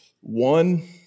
one